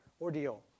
ordeal